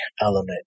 element